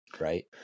right